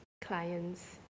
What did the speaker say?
clients